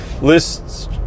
lists